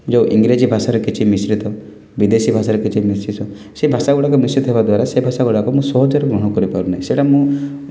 ଯେଉଁ ଇଂରେଜ ଭାଷାରେ କିଛି ମିଶ୍ରିତ ବିଦେଶୀ ଭାଷାରେ କିଛି ମିଶ୍ରିତ ସେ ଭାଷା ଗୁଡ଼ାକ ମିଶ୍ରିତ ହେବା ଦ୍ୱାରା ସେ ଭାଷା ଗୁଡ଼ାକ ମୁଁ ସହଜରେ ଗ୍ରହଣ କରି ପାରୁନାହିଁ ସେଟା ମୁଁ